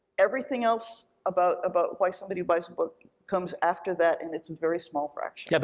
everything else about about why somebody buys a book comes after that, and it's a very small fraction. yeah,